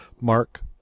Mark